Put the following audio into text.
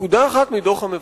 נקודה אחת מדוח המבקר,